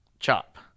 Chop